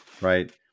Right